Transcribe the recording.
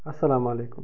اسلام علیکم